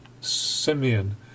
Simeon